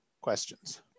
questions